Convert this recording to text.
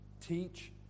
teach